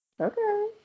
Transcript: Okay